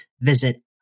visit